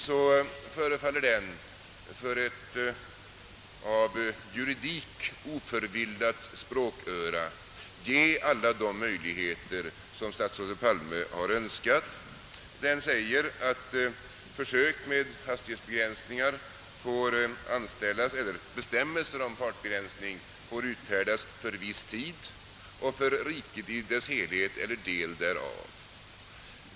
Den förefaller för ett av juridik oförvillat språköra att ge alla de möjligheter som statsrådet Palme har önskat. Den säger att olika bestämmelser om fartbegränsning får utfärdas för viss tid och för riket i dess helhet eller del därav.